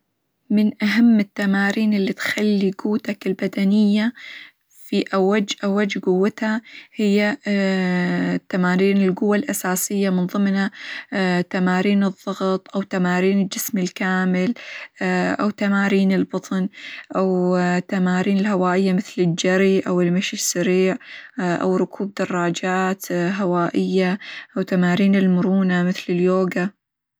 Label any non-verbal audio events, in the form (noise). من أهم التمارين اللي تخلي قوتك البدنية في أوج أوج قوتها هي (hesitation) تمارين القوة الأساسية، من ظمنها (hesitation) تمارين الظغط، أو تمارين الجسم الكامل (hesitation) أو تمارين البطن، أو (hesitation) التمارين الهوائية مثل: الجري، أو المشي السريع، (hesitation) أو ركوب دراجات هوائية، أو تمارين المرونة مثل اليوجا.